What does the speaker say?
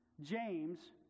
James